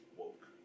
woke